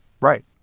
Right